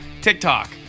TikTok